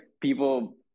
people